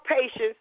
patience